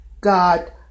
God